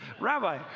Rabbi